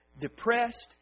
depressed